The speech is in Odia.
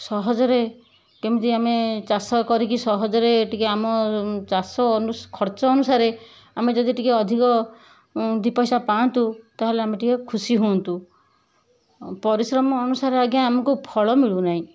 ସହଜରେ କେମିତି ଆମେ ଚାଷ କରିକି ସହଜରେ ଟିକେ ଆମ ଚାଷ ଅନୁ ଖର୍ଚ୍ଚ ଅନୁସାରେ ଆମେ ଯଦି ଟିକେ ଅଧିକ ଦୁଇ ପଇସା ପାଆନ୍ତୁ ତାହେଲେ ଆମେ ଟିକେ ଖୁସି ହୁଅନ୍ତୁ ପରିଶ୍ରମ ଆନୁସାରେ ଆଜ୍ଞା ଆମକୁ ଫଳ ମିଳୁନାହିଁ